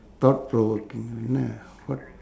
thought provoking one ah what